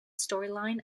storyline